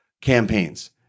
campaigns